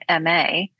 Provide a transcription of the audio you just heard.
MA